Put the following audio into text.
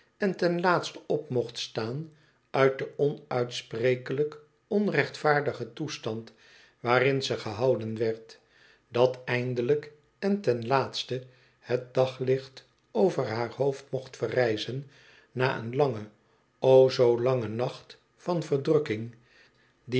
en ten laatste op mocht staan uit den onuitsprekelijk onrechtvaardigen toestand waarin ze gehouden werd dat eindelijk en ten laatste het daglicht over haar hoofd mocht verrijzen na een langen o zoo langen nacht van verdrukking die